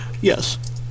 Yes